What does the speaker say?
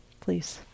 please